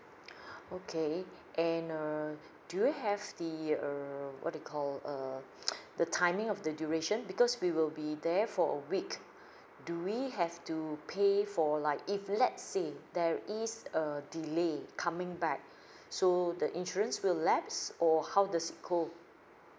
okay and err do have the err what it call err the timing of the duration because we will be there for a week do we have to pay for like if let's say there is a delay coming back so the insurance will lapse or how does it go